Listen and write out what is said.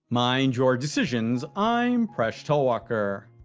mind your decisions, i'm presh talwalkar.